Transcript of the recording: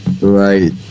Right